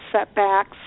setbacks